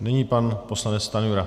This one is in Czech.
Nyní pan poslanec Stanjura.